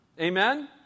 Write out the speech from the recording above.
Amen